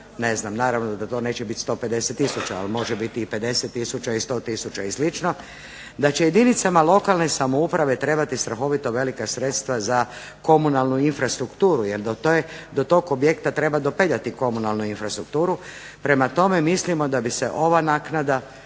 objekata, naravno da to neće biti 150 tisuća ali može biti i 50 tisuća i 100 tisuća i slično, da će jedinicama lokalne samouprave trebati strahovito velika sredstva za komunalnu infrastrukturu jer do tog objekta treba dopeljati komunalnu infrastrukturu. Prema tome, mislimo da bi se ova naknada